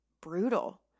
brutal